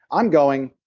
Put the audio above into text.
i'm going,